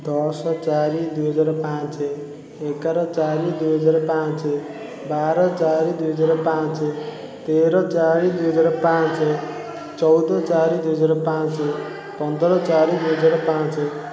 ଦଶ ଚାରି ଦୁଇହଜାର ପାଞ୍ଚ ଏଗାର ଚାରି ଦୁଇହଜାର ପାଞ୍ଚ ବାର ଚାରି ଦୁଇହଜାର ପାଞ୍ଚ ତେର ଚାରି ଦୁଇହଜାର ପାଞ୍ଚ ଚଉଦ ଚାରି ଦୁଇହଜାର ପାଞ୍ଚ ପନ୍ଦର ଚାରି ଦୁଇହଜାର ପାଞ୍ଚ